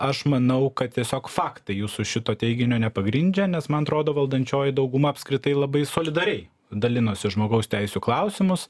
aš manau kad tiesiog faktai jūsų šito teiginio nepagrindžia nes man atrodo valdančioji dauguma apskritai labai solidariai dalinosi žmogaus teisių klausimus